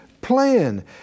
plan